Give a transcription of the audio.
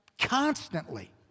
constantly